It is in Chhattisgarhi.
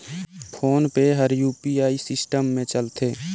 फोन पे हर यू.पी.आई सिस्टम मे चलथे